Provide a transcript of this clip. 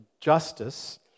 justice